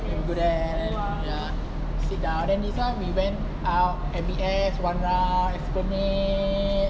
you go there and sit down then this [one] we went out M_B_S one round esplanade